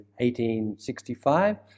1865